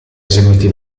eseguiti